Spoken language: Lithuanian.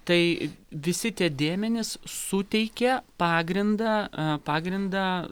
tai visi tie dėmenys suteikia pagrindą a pagrindą